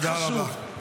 תודה רבה.